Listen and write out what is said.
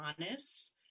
honest